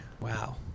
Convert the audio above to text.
Wow